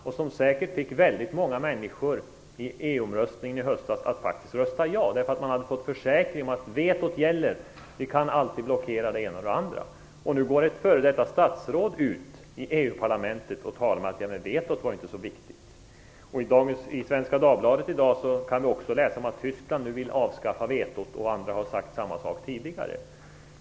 Många människor röstade säkert ja i EU omröstningen i höstas, därför att man hade fått försäkringar om att vetot gäller - vi kan alltid blockera det ena och det andra. Nu går ett f.d. statsråd ut i EU parlamentet och talar om att vetot var inte så viktigt! I Svenska Dagbladet i dag kan vi också läsa att Tyskland nu vill avskaffa vetot, och andra har sagt samma sak tidigare.